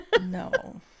No